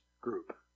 group